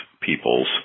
peoples